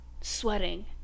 sweating